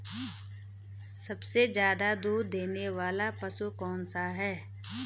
सबसे ज़्यादा दूध देने वाला पशु कौन सा है?